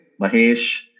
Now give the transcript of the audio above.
Mahesh